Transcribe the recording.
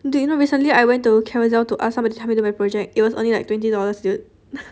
dude you know recently I went to Carousell to ask somebody to help me do my project it was only like twenty dollars dude